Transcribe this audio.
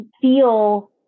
feel